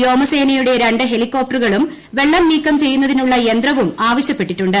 വ്യോമസേനയുടെ രണ്ട് ഹെലികോപ്റ്ററുകളും വെള്ളം നീക്കം ചെയ്യുന്നതിനുള്ള യന്ത്രവും ആവശ്യപ്പെട്ടിട്ടുണ്ട്